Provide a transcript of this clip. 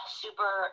super